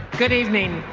good evening.